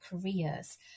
careers